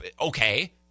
okay